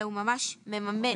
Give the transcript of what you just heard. אלא הוא ממש מממן.